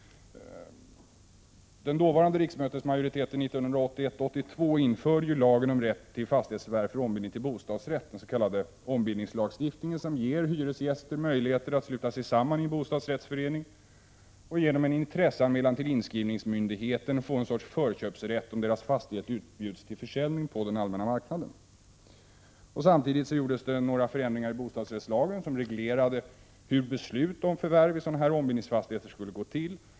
År 1981/82 införde den dåvarande riksdagsmajoriteten lagen om rätt till fastighetsförvärv för ombildning till bostadsrätt, den s.k. ombildningslagstiftningen, som ger hyresgäster möjlighet att sluta sig samman i bostadsrättsförening och genom en intresseanmälan till inskrivningsmyndigheten få en sorts förköpsrätt för det fall att deras fastighet utbjuds för försäljning på den allmänna marknaden. Samtidigt gjordes några förändringar i bostadsrättslagen, som reglerar hur beslut om förvärv av sådana här ombildningsfastigheter skall gå till.